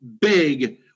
big